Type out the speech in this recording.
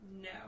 No